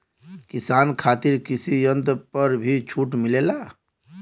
किसान खातिर कृषि यंत्र पर भी छूट मिलेला?